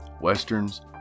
westerns